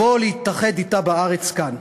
לבוא להתאחד אתה בארץ, כאן.